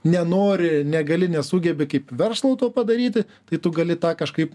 nenori negali nesugebi kaip verslo to padaryti tai tu gali tą kažkaip